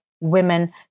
women